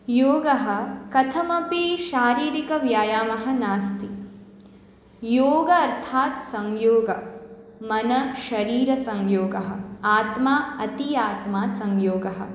योगः कथमपि शारीरिकव्यायामः नास्ति योग अर्थात् संयोग मनश्शरीरसंयोगः आत्मा अति आत्मा संयोगः